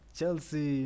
Chelsea